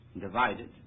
divided